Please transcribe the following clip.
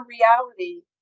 reality